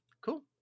cool